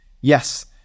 Yes